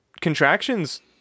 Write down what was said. Contractions